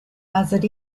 buzzard